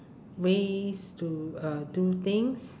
ways to uh do things